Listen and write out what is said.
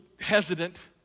hesitant